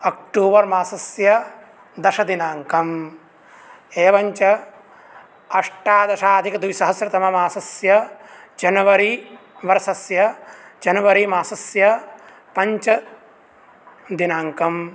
October मासस्य दशमदिनाङ्कः एवञ्च अष्टादशाधिकद्विसहस्रतममासस्य जनवरी वर्षस्य जनवरी मासस्य पञ्चमदिनाङ्कः